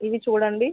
ఇవి చూడండి